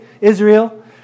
Israel